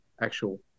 actual